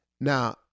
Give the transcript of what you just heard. Now